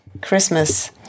Christmas